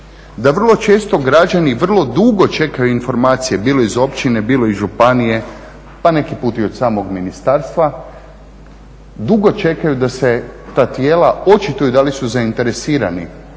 da vrlo često građani i vrlo dugo čekaju informacije, bilo iz općine, bilo iz županije, pa neki put i od samog ministarstva, dugo čekaju da se ta tijela očituju da li su zainteresirani